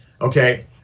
Okay